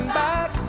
back